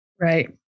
right